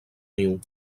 niu